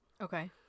Okay